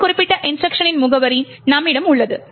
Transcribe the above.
இந்த குறிப்பிட்ட இன்ஸ்ட்ருக்ஷனின் முகவரி நம்மிடம் உள்ளது